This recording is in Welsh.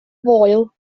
foel